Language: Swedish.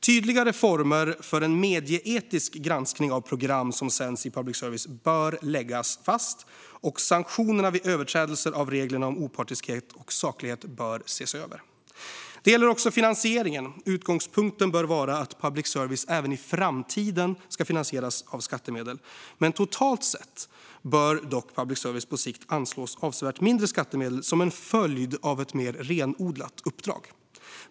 Tydligare former för en medieetisk granskning av program som sänds i public service bör läggas fast, och sanktionerna vid överträdelser av reglerna om opartiskhet och saklighet bör ses över. Det gäller finansieringen. Utgångspunkten bör vara att public service även i framtiden ska finansieras av skattemedel, men totalt sett bör dock public service på sikt anslås avsevärt mindre skattemedel som en följd av ett mer renodlat uppdrag.